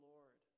Lord